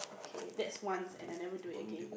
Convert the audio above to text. okay that's once and I never do it again